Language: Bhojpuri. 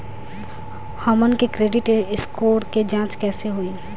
हमन के क्रेडिट स्कोर के जांच कैसे होइ?